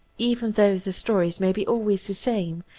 even though the stories may be always the same,